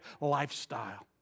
lifestyle